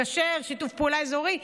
מקשר, שיתוף פעולה אזורי.